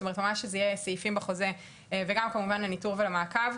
זאת אומרת ממש שזה יהיה סעיפים בחוזה וגם כמובן לניטור ולמעקב,